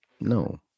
no